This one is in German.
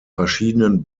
verschiedenen